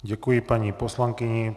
Děkuji paní poslankyni.